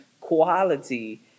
quality